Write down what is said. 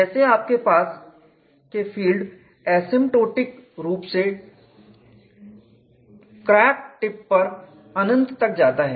जैसे आपके पास के फील्ड एसिम्टोटिक रूप से क्रैक टिप पर अनंत तक जाता है